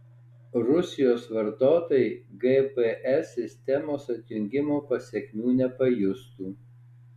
rusijos vartotojai gps sistemos atjungimo pasekmių nepajustų